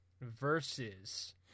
versus